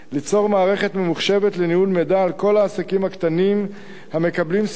ליצור מערכת ממוחשבת לניהול מידע על כל העסקים הקטנים המקבלים סיוע